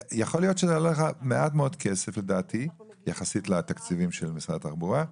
יכול להיות שזה יעלה לך מעט מאוד כסף יחסית לתקציבים של משרד התחבורה,